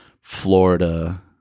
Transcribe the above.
Florida